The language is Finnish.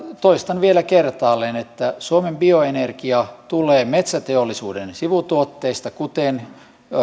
toistan vielä kertaalleen että suomen bioenergia tulee metsäteollisuuden sivutuotteista kuten